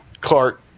Clark